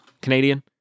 Canadian